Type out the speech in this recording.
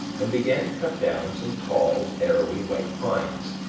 and began to cut down some tall, arrowy white pines,